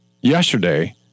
yesterday